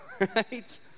Right